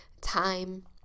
time